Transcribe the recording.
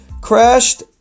crashed